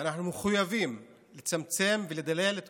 ואנחנו מחויבים לצמצם ולדלל את